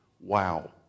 Wow